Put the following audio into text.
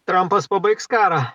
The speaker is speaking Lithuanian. trampas pabaigs karą